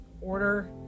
order